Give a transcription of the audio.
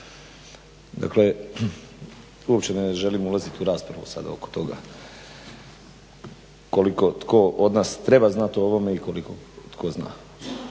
Dakle uopće ne želim ulaziti u raspravu sad oko toga koliko tko od nas treba znat o ovome i koliko tko zna,